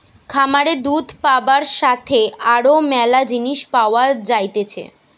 খামারে দুধ পাবার সাথে আরো ম্যালা জিনিস পাওয়া যাইতেছে